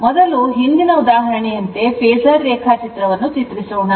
ಆದ್ದರಿಂದ ಮೊದಲು ಹಿಂದಿನ ಉದಾಹರಣೆಯಂತೆ ಫೇಸರ್ ರೇಖಾಚಿತ್ರವನ್ನು ಚಿತ್ರಿಸೋಣ